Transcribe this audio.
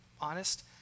honest